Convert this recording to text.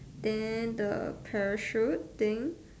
then the parachute thing